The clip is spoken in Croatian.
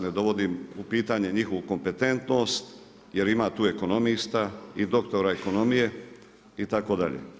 Ne dovodim u pitanje njihovu kompetentnost jer ima tu ekonomista i doktora ekonomije itd.